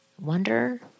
Wonder